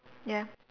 ya